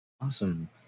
Awesome